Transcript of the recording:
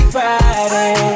Friday